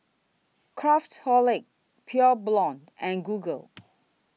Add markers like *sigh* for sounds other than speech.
Craftholic Pure Blonde and Google *noise*